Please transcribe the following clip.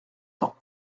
temps